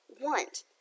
want